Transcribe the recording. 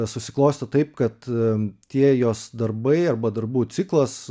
susiklostė taip kad tie jos darbai arba darbų ciklas